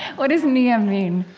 what does niyyahmean?